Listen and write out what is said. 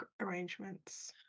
arrangements